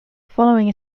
following